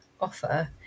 offer